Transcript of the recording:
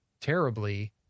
terribly